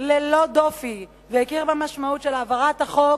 ללא דופי והכיר במשמעות של העברת החוק